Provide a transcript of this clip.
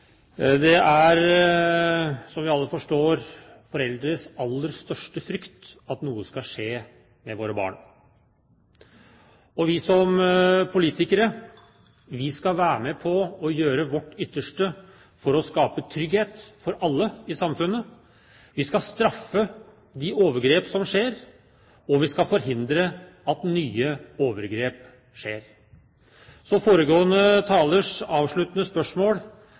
Det er, som vi alle forstår, foreldres aller største frykt at noe skal skje med våre barn. Vi som politikere skal være med på å gjøre vårt ytterste for å skape trygghet for alle i samfunnet. Vi skal straffe de overgrep som skjer, og vi skal forhindre at nye overgrep skjer. Så foregående talers avsluttende spørsmål